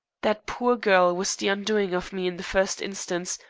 that poor girl was the undoing of me in the first instance,